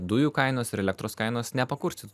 dujų kainos ir elektros kainos nepakurstyt